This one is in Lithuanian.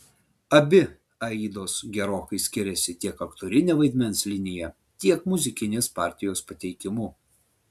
abi aidos gerokai skiriasi tiek aktorine vaidmens linija tiek muzikinės partijos pateikimu